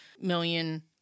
million